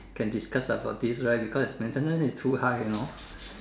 can discuss about this right because the maintenance is too high you know